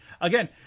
again